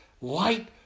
light